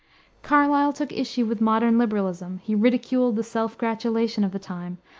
carlyle took issue with modern liberalism he ridiculed the self-gratulation of the time,